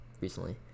recently